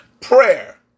Prayer